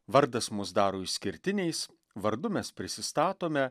vardas mus daro išskirtiniais vardu mes prisistatome